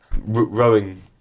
Rowing